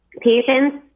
patients